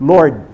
Lord